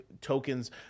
tokens